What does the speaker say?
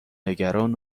نگران